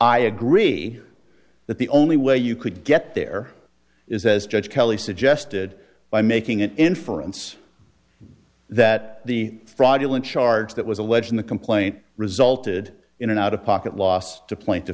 i agree that the only way you could get there is as judge kelly suggested by making an inference that the fraudulent charge that was a wedge in the complaint resulted in an out of pocket loss to plaint